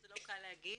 זה לא קל להגיד